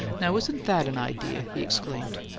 now, isn't that an idea! he exclaimed.